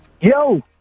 Yo